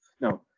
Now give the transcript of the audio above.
No